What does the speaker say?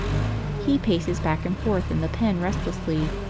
he paces back and forth in the pen restlessly,